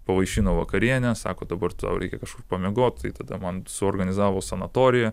pavaišino vakariene sako dabar tau reikia kažkur pamiegot tai tada man suorganizavo sanatoriją